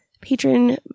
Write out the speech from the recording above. patron